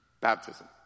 Baptism